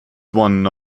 one